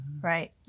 right